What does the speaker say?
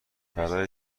برای